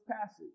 passage